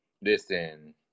Listen